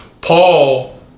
Paul